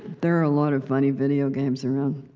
there are a lot of funny video games around.